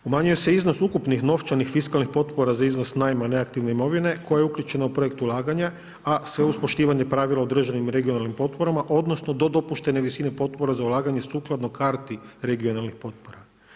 Umanjuje se iznos ukupnih novčanih fiskalnih potpora za iznos naime neaktivne imovine koja je uključena u projekt ulaganja, a sve uz poštivanje pravila o državnim i regionalnim potporama, odnosno, do dopuštene visine potpora za ulaganja sukladno karti regionalnih potpora.